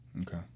okay